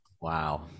Wow